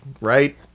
right